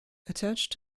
attached